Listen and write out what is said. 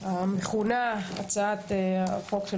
המכונה הצעת החוק של